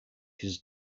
his